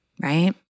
right